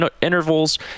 intervals